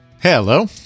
Hello